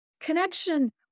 connection